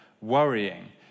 worrying